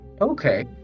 Okay